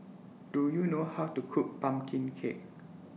Do YOU know How to Cook Pumpkin Cake